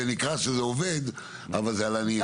זה נקרא שזה עובד אבל זה רק על הנייר.